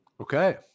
Okay